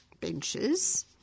benches